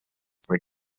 for